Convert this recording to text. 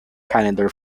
calendar